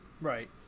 right